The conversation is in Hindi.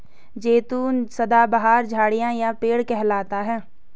जैतून सदाबहार झाड़ी या पेड़ कहलाता है